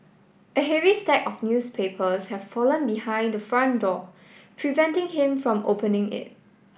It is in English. a heavy stack of newspapers have fallen behind the front door preventing him from opening it